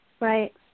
Right